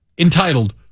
Entitled